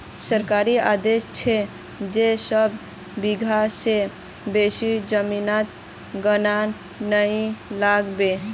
सरकारेर आदेश छ जे दस बीघा स बेसी जमीनोत गन्ना नइ लगा बो